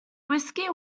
whisky